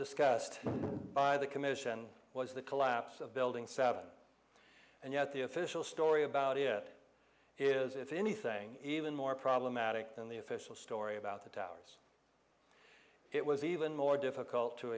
discussed by the commission was the collapse of building seven and yet the official story about it is if anything even more problematic than the official story about the towers it was even more difficult to